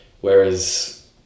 whereas